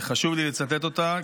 וחשוב לי לצטט אותה,